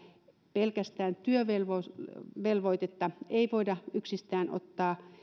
pelkästään työvelvoitetta ei voida yksistään ottaa